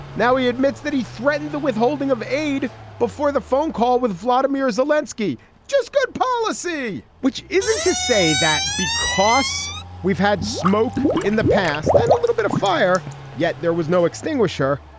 now he admits that he threatened the withholding of aid before the phone call with vladimir zelinsky. just good policy. which isn't to say that because we've had smoke in the past and a little bit of fire yet there was no extinguisher.